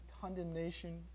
condemnation